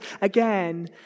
again